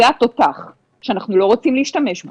זה התותח שאנחנו לא רוצים להשתמש בו,